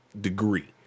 degree